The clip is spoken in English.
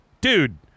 dude